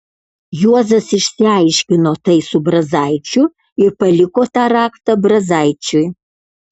juozas išsiaiškino tai su brazaičiu ir paliko tą raktą brazaičiui